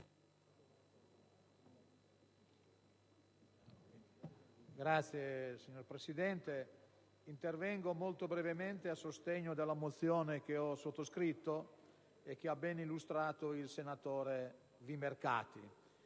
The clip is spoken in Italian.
*(PD)*. Signora Presidente, intervengo molto brevemente a sostegno della mozione che ho sottoscritto e che ha ben illustrato il senatore Vimercati.